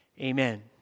Amen